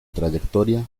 trayectoria